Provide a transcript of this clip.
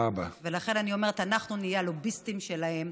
ולכן אני אומרת: אנחנו נהיה הלוביסטים שלהם,